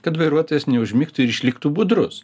kad vairuotojas neužmigtų ir išliktų budrus